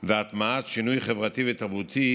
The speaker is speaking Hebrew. והטמעת שינוי חברתי ותרבותי